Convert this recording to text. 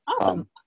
awesome